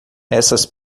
essas